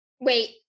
Wait